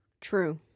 True